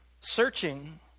Searching